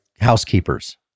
housekeepers